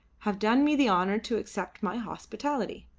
have done me the honour to accept my hospitality.